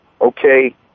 okay